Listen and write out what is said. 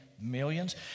millions